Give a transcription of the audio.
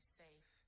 safe